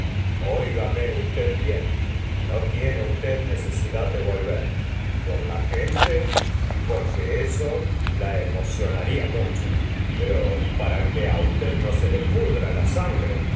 óigame usted bien no tiene usted necesidad de volver por la gente y porque eso la emocionaría mucho pero pagustavo flaiibept ra que usted no se le pudra la sangre